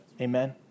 Amen